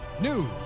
news